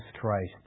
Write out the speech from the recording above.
Christ